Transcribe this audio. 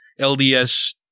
LDS